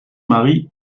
marie